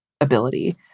ability